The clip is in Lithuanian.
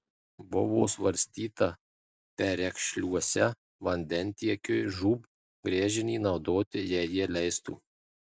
buvo svarstyta perekšliuose vandentiekiui žūb gręžinį naudoti jei jie leistų